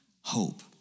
hope